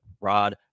Rod